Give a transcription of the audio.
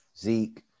Zeke